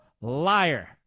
liar